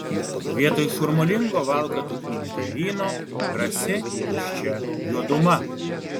vietoj šurmulingo valkatų knibždėlyno grasi tuščia juoduma